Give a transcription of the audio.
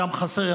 שם חסר.